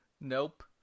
nope